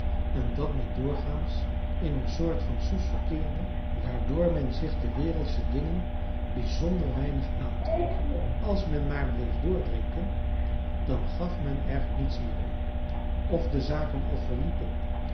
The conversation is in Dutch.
en dat men doorgaans in een soort van soes verkeerde waardoor men zich de wereldsche dingen bijzonder weinig aantrok als men maar bleef doordrinken dan gaf men er niets meer om of de zaken al verliepen